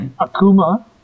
Akuma